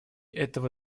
этого